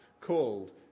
Called